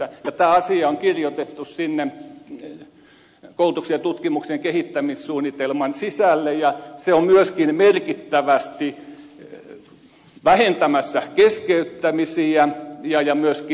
tämä asia on kirjoitettu sinne koulutuksen ja tutkimuksen kehittämissuunnitelman sisälle ja se on myöskin merkittävästi vähentämässä keskeyttämisiä ja myöskin nopeuttamassa valmistumista